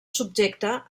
subjecta